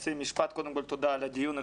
קודם כל תודה על הדיון.